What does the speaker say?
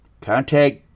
Contact